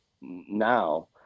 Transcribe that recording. now